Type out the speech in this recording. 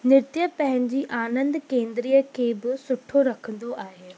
नृत्य पंहिंजी आनंदु केंद्रीय खे बि सुठो रखंदो आहे